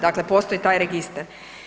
Dakle, postoji taj registar.